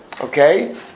okay